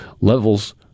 levels